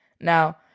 Now